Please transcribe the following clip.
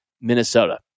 Minnesota